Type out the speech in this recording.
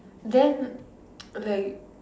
then like